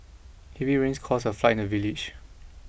heavy rains caused a flood in the village